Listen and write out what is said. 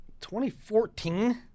2014